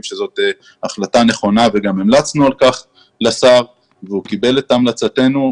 שזאת החלטה נכונה וגם המלצנו על כך לשר והוא קיבל את ההמלצה שלנו.